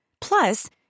Plus